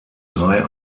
drei